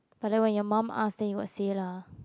but then when your mom ask then you will say lah